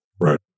right